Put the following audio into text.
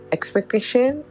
Expectation